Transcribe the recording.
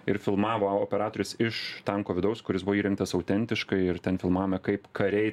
ir filmavo operatorius iš tanko vidaus kuris buvo įrengtas autentiškai ir ten filmavome kaip kariai